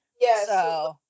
Yes